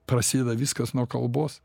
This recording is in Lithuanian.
prasideda viskas nuo kalbos